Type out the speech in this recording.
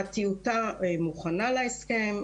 הטיוטה מוכנה להסכם,